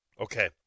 Okay